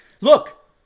Look